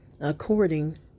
according